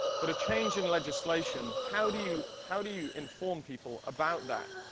but a change in legislation. how do you how do you inform people about that?